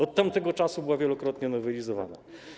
Od tamtego czasu była wielokrotnie nowelizowana.